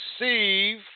receive